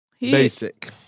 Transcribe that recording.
Basic